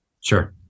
Sure